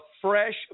fresh